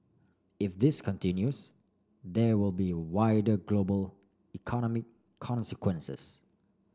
if this continues there would be wider global economic consequences